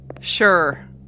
Sure